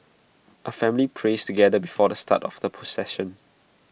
A family prays together before the start of the procession